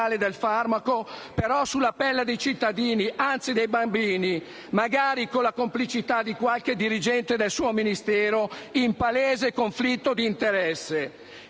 del farmaco, ma sulla pelle dei cittadini, anzi dei bambini, magari con la complicità di qualche dirigente del suo Ministero in palese conflitto d'interesse.